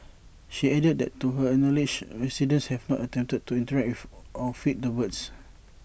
she added that to her knowledge residents have not attempted to interact with or feed the birds